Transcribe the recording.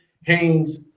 Haynes